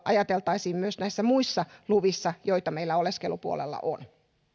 ajateltaisiin myös näissä muissa luvissa joita meillä oleskelupuolella on